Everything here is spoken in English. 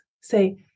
say